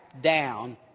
down